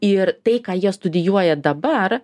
ir tai ką jie studijuoja dabar